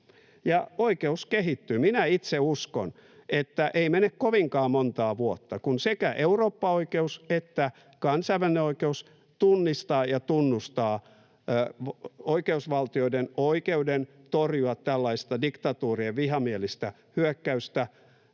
oikeus kehittyy. Minä itse uskon, että ei mene kovinkaan montaa vuotta, kun sekä eurooppaoikeus että kansainvälinen oikeus tunnistavat ja tunnustavat oikeusvaltioiden oikeuden torjua tällaista diktatuurien vihamielistä hyökkäystä